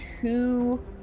two